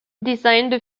designed